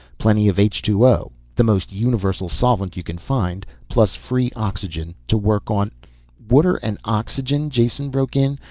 plenty of h two o, the most universal solvent you can find, plus free oxygen to work on water and oxygen! jason broke in.